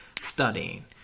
studying